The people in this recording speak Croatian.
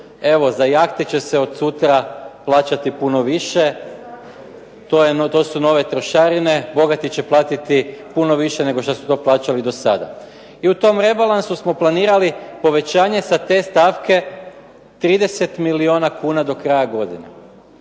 evo za jahte će se od sutra plaćati puno više. To su nove trošarine, bogati će platiti puno više nego što su to plaćali do sada. I u tom rebalansu smo planirali povećanje sa te stavke 30 milijuna kuna do kraja godine.